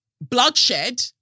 Bloodshed